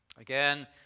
Again